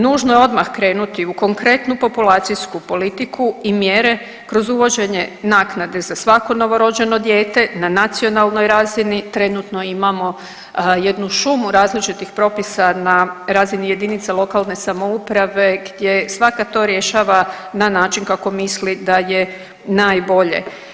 Nužno je odmah krenuti u konkretnu populacijsku politiku i mjere kroz uvođenje naknade za svako novorođeno dijete na nacionalnoj razini trenutno imamo jednu šumu različitih propisa na razini jedinica lokalne samouprave gdje svaka to rješava na način kako misli da je najbolje.